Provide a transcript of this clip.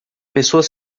pessoas